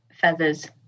Feathers